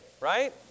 right